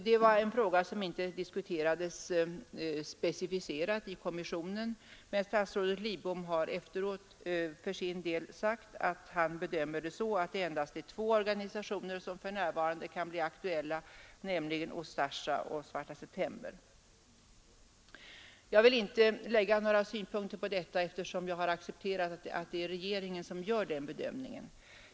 Det var ett spörsmål som inte diskuterades specificerat i kommissionen, men statsrådet Lidbom har efteråt för sin del sagt att han bedömer det så att endast två organisationer för närvarande kan bli aktuella, nämligen Ustasja och Svarta september. Jag vill inte anlägga några synpunkter på detta, eftersom jag har accepterat att det är regeringen som gör den bedömningen.